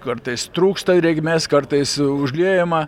kartais trūksta drėgmės kartais užliejama